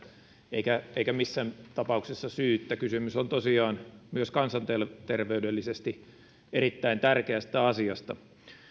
eikä eikä missään tapauksessa syyttä kysymys on tosiaan myös kansanterveydellisesti erittäin tärkeästä asiasta